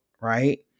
right